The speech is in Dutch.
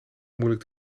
moeilijk